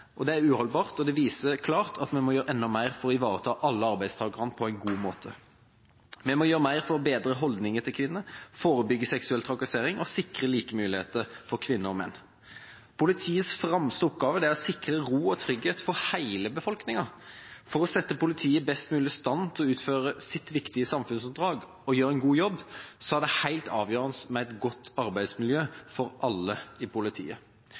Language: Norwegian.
Det er uholdbart, og det viser klart at en må gjøre enda mer for å ivareta alle arbeidstakerne på en god måte. Vi må gjøre mer for å bedre holdningene til kvinner, forebygge seksuell trakassering og sikre like muligheter for kvinner og menn. Politiets fremste oppgave er å sikre ro og trygghet for hele befolkninga. For å sette politiet i best mulig stand til å utføre sitt viktige samfunnsoppdrag og gjøre en god jobb er det helt avgjørende med et godt arbeidsmiljø for alle i politiet.